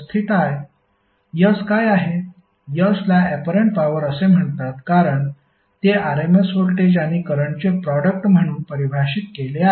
S ला apparent power असे म्हणतात कारण ते RMS व्होल्टेज आणि करंटचे प्रोडक्ट म्हणून परिभाषित केले आहे